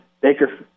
Baker